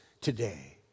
today